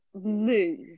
move